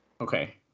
Okay